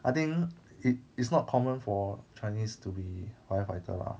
I think it is not common for chinese to be firefighter lah